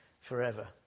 forever